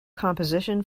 composition